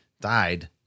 died